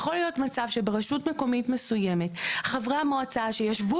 יכול להיות מצב שברשות מקומית מסוימת חברי המועצה ישבו